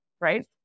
right